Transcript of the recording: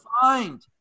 find